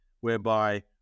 whereby